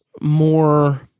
more